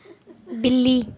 बिल्ली